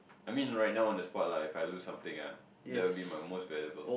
I mean right now on the spot lah if I lose something ah that will be my most valuable